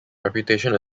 reputation